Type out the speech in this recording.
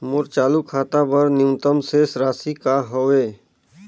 मोर चालू खाता बर न्यूनतम शेष राशि का हवे?